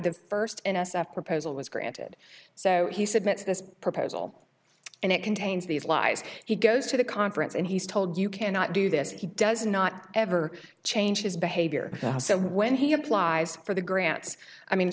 the first n s f proposal was granted so he said this proposal and it contains these lies he goes to the conference and he's told you cannot do this he does not ever change his behavior so when he applies for the grants i mean